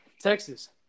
Texas